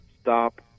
stop